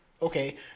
Okay